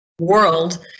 world